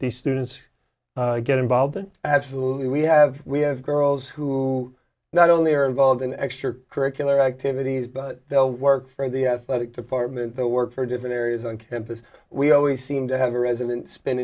he students get involved in absolutely we have we have girls who not only are involved in extra curricular activities but they'll work for the athletic department that work for different areas on campus we always seem to have a resident spin